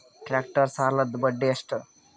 Tractor ಸಾಲದ್ದ ಬಡ್ಡಿ ಎಷ್ಟ?